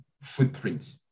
footprint